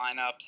lineups